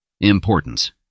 Importance